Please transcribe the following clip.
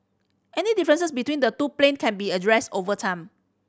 any differences between the two plan can be addressed over time